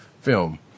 film